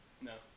No